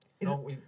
No